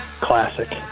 Classic